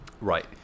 right